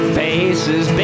faces